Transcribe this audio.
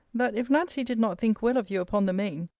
that if nancy did not think well of you upon the main,